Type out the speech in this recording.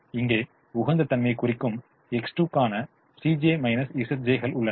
இங்கே உகந்த தன்மையைக் குறிக்கும் X2 க்கான கள் உள்ளன